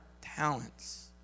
talents